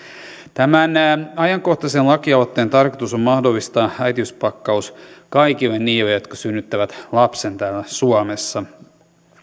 tämän ajankohtaisen lakialoitteen tarkoitus on mahdollistaa äitiyspakkaus kaikille niille jotka synnyttävät lapsen täällä suomessa